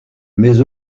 mais